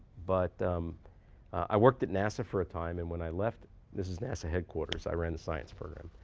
but i worked at nasa for a time. and when i left this is nasa headquarters i ran the science program.